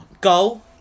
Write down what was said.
Goal